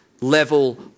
level